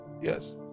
Yes